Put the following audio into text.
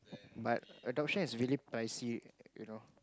but adoption is really pricey you know